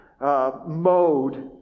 mode